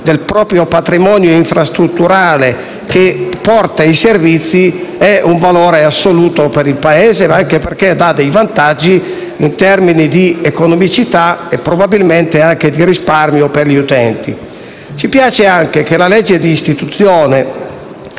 del patrimonio infrastrutturale che porta i servizi è, infatti, un valore assoluto per il Paese, anche perché offre dei vantaggi in termini di economicità e probabilmente anche di risparmio per gli utenti. Ci piace pure che la legge di istituzione